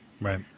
Right